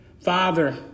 Father